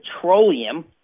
Petroleum